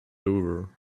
over